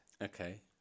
Okay